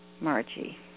Margie